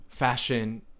fashion